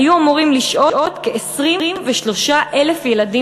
היו אמורים לשהות כ-23,000 ילדים